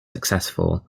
successful